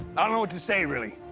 i don't know what to say, really.